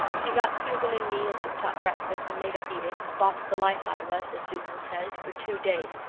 she got susan and me a tip-top breakfast and made us eat it, and bossed the life out of us as susan says, for two days,